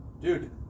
Dude